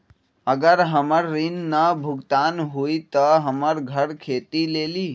अगर हमर ऋण न भुगतान हुई त हमर घर खेती लेली?